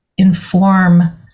inform